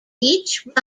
each